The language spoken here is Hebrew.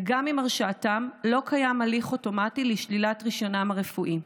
וגם עם הרשעתם לא קיים הליך אוטומטי לשלילת רישיונם הרפואי.